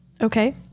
Okay